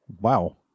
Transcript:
Wow